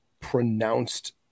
pronounced